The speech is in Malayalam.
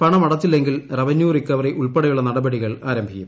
പണമടച്ചില്ലെങ്കിൽ റവന്യൂ റിക്കവറി ഉൾപ്പെടെയുള്ള നടപടികൾ ആരംഭിക്കും